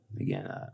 again